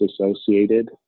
associated